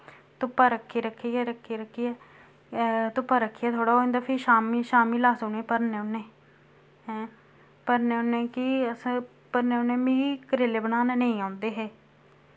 धुप्पा रक्खी रक्खियै रक्खी रक्खियै धुप्पा रक्खियै थोह्ड़ा होई जंदा फ्ही शाम्मी शाम्मी लै अस उ'नें भरने होन्ने ऐं भरने होन्ने कि अस भरने होन्ने मिगी करेले बनाने नेईं औंदे हे